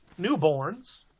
newborns